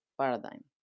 paradigm